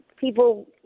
People